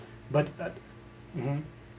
but mmhmm